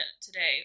today